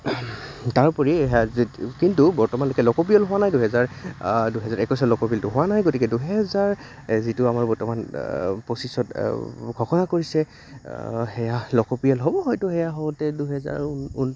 তাৰোপৰি কিন্তু বৰ্তমানলৈকে লোকপিয়ল হোৱা নাই দুহেজাৰ দুহেজাৰ একৈছত লোকপিয়লটো হোৱা নাই গতিকে দুহেজাৰ যিটো আমাৰ বৰ্তমান পঁচিছত ঘোষণা কৰিছে সেয়া লোকপিয়ল হ'ব হয়তো সেয়া হওঁতে দুহেজাৰ ঊন